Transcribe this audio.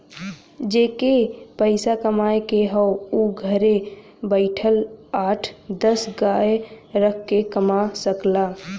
जेके के पइसा कमाए के हौ उ घरे बइठल आठ दस गाय रख के कमा सकला